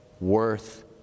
worth